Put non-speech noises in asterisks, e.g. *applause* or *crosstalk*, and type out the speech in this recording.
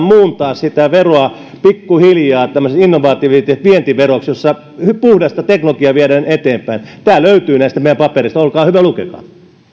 *unintelligible* muuntaa sitä veroa pikkuhiljaa tämmöiseksi innovatiiviseksi vientiveroksi jossa puhdasta teknologiaa viedään eteenpäin tämä löytyy näistä meidän papereistamme olkaa hyvä ja lukekaa